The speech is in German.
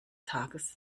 tages